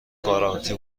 گارانتی